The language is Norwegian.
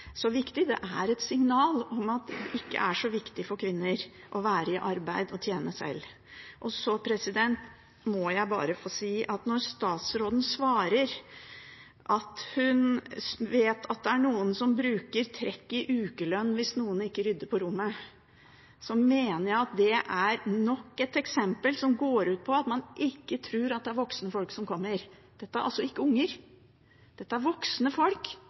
viktig – det er et signal om at det ikke er så viktig for kvinner å være i arbeid og tjene penger sjøl. Så må jeg bare få si at når statsråden svarer at hun vet at det er noen som bruker trekk i ukelønn hvis ungene ikke rydder på rommet, mener jeg at det er nok et eksempel på at man ikke tror at det er voksne folk som kommer. Dette er ikke unger, det er voksne folk